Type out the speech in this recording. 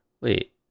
Wait